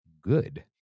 good